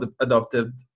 adopted